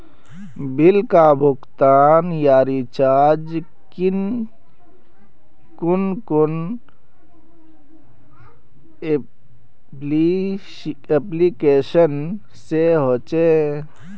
Bill का भुगतान या रिचार्ज कुन कुन एप्लिकेशन से होचे?